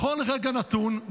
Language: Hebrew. בכל רגע נתון,